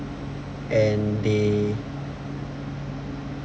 and they